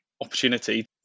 opportunity